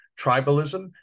Tribalism